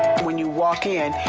when you walk in,